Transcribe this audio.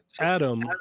Adam